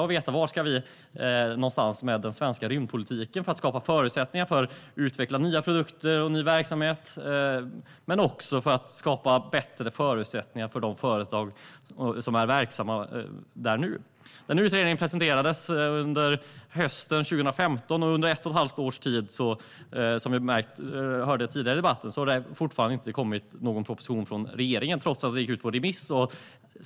Man ville veta vad avsikten var med den svenska rymdpolitiken - detta för att skapa förutsättningar för att kunna utveckla nya produkter och ny verksamhet men också för att skapa bättre förutsättningar för de företag som är verksamma där nu. Utredningen presenterades under hösten 2015, och efter ett och ett halvt års tid har det fortfarande inte kommit någon proposition från regeringen, trots att den har gått ut på remiss.